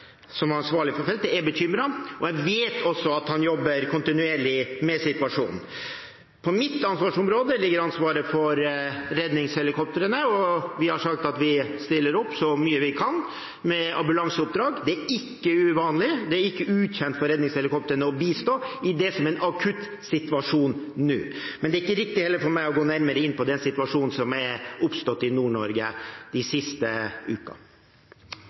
som er ansvarlig for feltet, er bekymret. Jeg vet også at han jobber kontinuerlig med situasjonen. På mitt ansvarsområde ligger ansvaret for redningshelikoptrene, og vi har sagt at vi stiller opp så mye vi kan med ambulanseoppdrag. Det er ikke uvanlig, det er ikke ukjent for redningshelikoptrene å bistå i det som er en akutt situasjon nå. Men det er ikke riktig for meg å gå nærmere inn på den situasjonen som er oppstått i Nord-Norge de siste